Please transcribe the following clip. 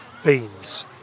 beans